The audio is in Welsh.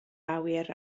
awyr